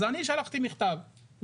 אז אני שלחתי מכתב לעירייה.